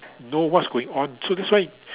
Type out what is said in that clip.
know what's going on so that's why